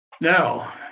Now